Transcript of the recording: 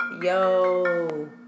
yo